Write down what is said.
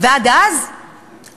ועד אז האוצר,